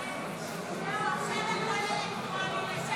60